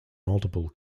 multiple